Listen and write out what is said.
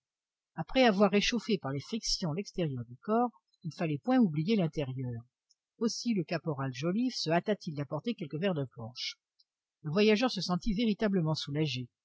après avoir réchauffé par les frictions l'extérieur du corps il ne fallait point oublier l'intérieur aussi le caporal joliffe se hâta-t-il d'apporter quelques verres de punch le voyageur se sentit véritablement soulagé